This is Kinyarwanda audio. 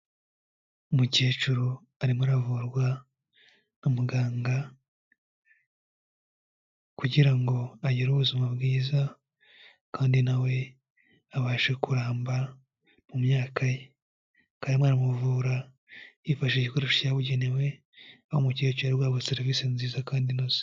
Umukecuru arimo aravurwa na muganga kugira ngo agire ubuzima bwiza, kandi na we abashe kuramba mu myaka ye. Akaba arimo aramuvura yifashije igikoresho cyabugenewe aho umukecuru ari guhabwa serivisi nziza kandi inoze.